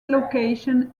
location